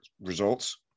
results